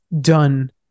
done